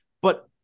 but-